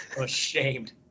ashamed